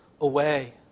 away